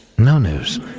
no news,